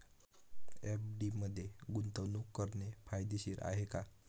FD मध्ये गुंतवणूक करणे फायदेशीर आहे का?